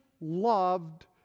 loved